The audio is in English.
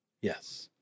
yes